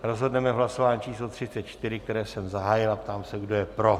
Rozhodneme v hlasování číslo 34, které jsem zahájil, a ptám se, kdo je pro.